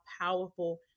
powerful